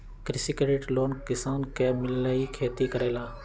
कृषि credit loan किसान के मिलहई खेती करेला?